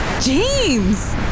James